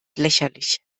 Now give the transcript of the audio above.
lächerlich